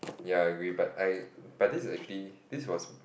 ya I agree but I but this is actually this was